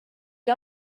you